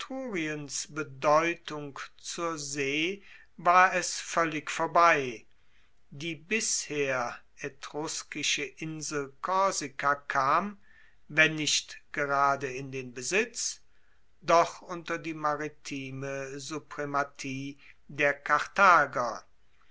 bedeutung zur see war es voellig vorbei die bisher etruskische insel korsika kam wenn nicht gerade in den besitz doch unter die maritime suprematie der karthager